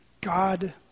God